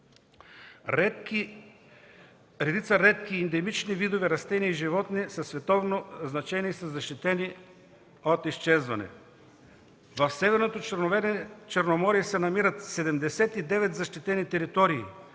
Редица редки ендемични видове растения и животни със световно значение са застрашени от изчезване. В северното Черноморие се намират 79 защитени територии,